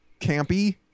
campy